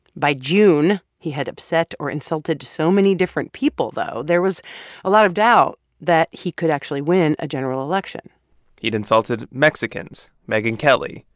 by june, he had upset or insulted so many different people, though, there was a lot of doubt that he could actually win a general election he'd insulted mexicans, megyn kelly,